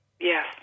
Yes